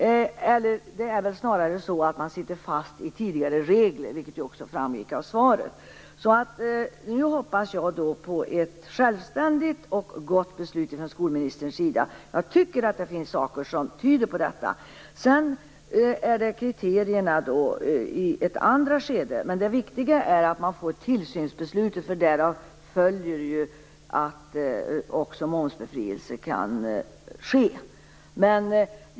Snarare är det väl så att man sitter fast i tidigare regler, vilket också framgick av svaret. Nu hoppas jag på ett självständigt och gott beslut från skolministern. Jag tycker att det finns saker som tyder på detta. Sedan gäller det kriterierna i ett andra skede. Men det viktiga är att man får tillsynsbeslut. Därav följer ju att också momsbefrielse kan ske.